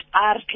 art